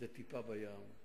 זו טיפה בים.